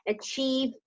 achieve